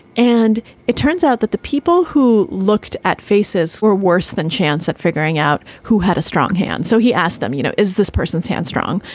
and it turns out that the people who looked at faces were worse than chance at figuring out who had a strong hand. so he asked them, you know, is this person stand strong?